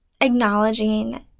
acknowledging